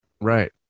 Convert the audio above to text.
Right